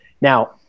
Now